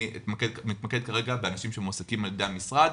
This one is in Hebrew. אני מתמקד כרגע באנשים שמועסקים על ידי המשרד,